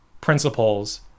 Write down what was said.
principles